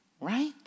right